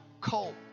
colt